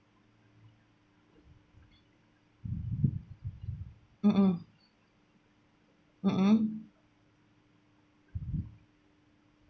mm mm mm mm